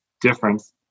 difference